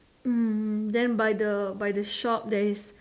mm then by the by the shop there is